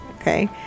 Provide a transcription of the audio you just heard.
Okay